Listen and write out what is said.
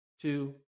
two